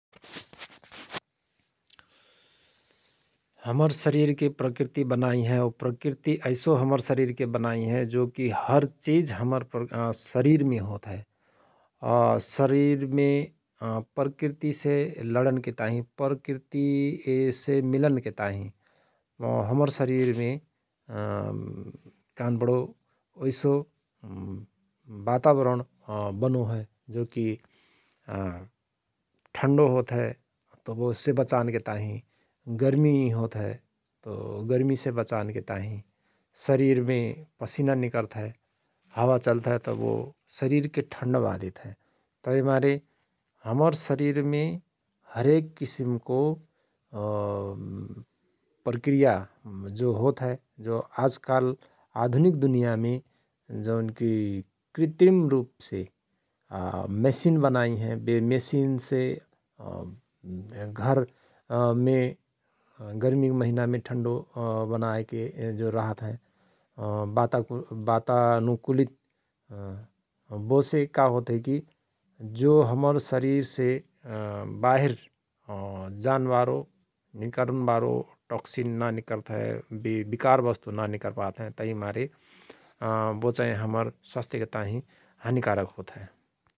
हमर शरीरके प्रकृति बनाईहय और प्रकृति ऐसो हमर शरीरके बनाई हय जो कि हर चिझ हमर शरीरमे होतहय । शरीरमे प्रकृतिसे लडनताहिँ प्रकृतिएसे मिलनके ताहिँ हमर शरीरमे कहनपणो हमर शरीरमे उइसो बातावरण बनो हय । जो कि ठण्डो होत हय तओ वोसे बचानके ताहिँ गर्मी होत हय तओ गर्मिसे बचानके ताहिँ शरीरमे पसिना निकर्त हय हावा चल्तहयत बो शरीरके ठण्डबायदेतहय । तहिमारे हमर शरीरमे हरेक किसिमको प्रकृया जो होत हय जो आजकाल आधुनिक दुनियामे जौनकि कृत्रिम रुपसे मेसिन बनाई हय । बे मेशिन से घरमे गर्मी महिनामे ठण्डो बनाएके जो रहत हय बाता अ बाताअनुकुलित बोसे का होथय कि जो हमर शरीरसे बाहिर जान बारो निकरन बारो टक्सीन न निकरत हय वे विकार बस्तु ना निकर पात हय तहि मारे बो चाहिँ हमर स्वास्थ्यके ताहिँ हानीकारक होत हय ।